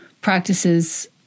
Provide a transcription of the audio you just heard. practices